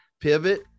pivot